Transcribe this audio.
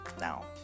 now